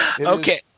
Okay